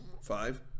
five